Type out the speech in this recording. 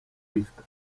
vista